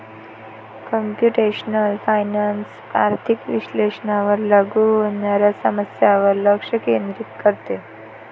computational finance आर्थिक विश्लेषणावर लागू होणाऱ्या समस्यांवर लक्ष केंद्रित करते